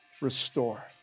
restore